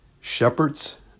shepherds